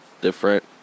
different